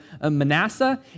Manasseh